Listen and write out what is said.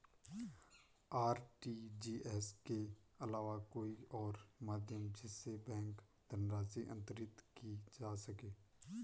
RTGS के अलावा कोई और माध्यम जिससे बैंक धनराशि अंतरित की जा सके?